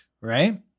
right